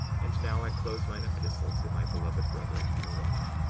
and now i close mine epistle to my beloved brother, moroni.